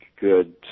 good